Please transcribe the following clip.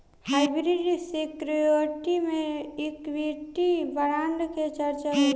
hybrid security में equity bond के चर्चा होला